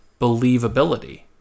believability